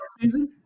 season